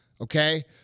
Okay